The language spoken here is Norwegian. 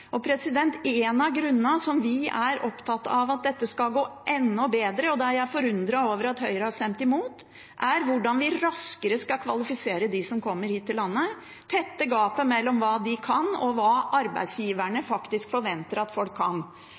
av det vi er opptatt av for at dette skal gå enda bedre – jeg er forundret over at Høyre har stemt imot – er hvordan vi raskere skal kvalifisere dem som kommer hit til landet, tette gapet mellom hva de kan, og hva arbeidsgiverne faktisk forventer at folk kan.